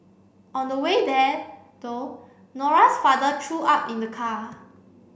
on the way there though Nora's father threw up in the car